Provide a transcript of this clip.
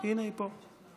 הינה, היא פה.